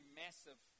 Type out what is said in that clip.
massive